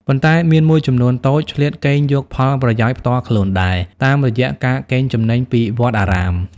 ប៉ុន្តែមានមួយចំនួនតូច ឆ្លៀតកេងយកផលប្រយោជន៍ផ្ទាល់ខ្លួនដែរ តាមរយះការកេងចំណេញពីវត្តអារាម។